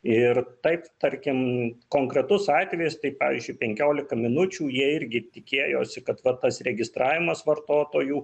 ir taip tarkim konkretus atvejis tai pavyzdžiui penkiolika minučių jie irgi tikėjosi kad va tas registravimas vartotojų